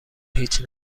هیچ